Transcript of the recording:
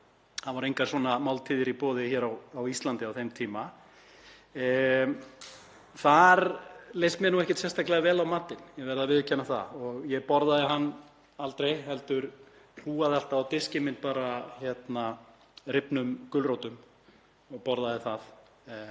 það voru engar svona máltíðir í boði á Íslandi á þeim tíma. Þar leist mér ekkert sérstaklega vel á matinn, ég verð að viðurkenna það. Ég borðaði hann aldrei heldur hrúgaði alltaf á diskinn minn rifnum gulrótum og borðaði þær,